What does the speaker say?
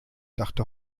dachte